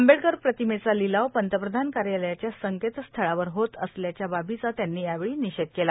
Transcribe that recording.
आंबेडकर प्रतिमेचा लिलाव पंतप्रधान कार्यालयाच्या संकेतस्थळावर होत असल्याच्याबाबीचा त्यांनी यावेळी निषेध केला